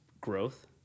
growth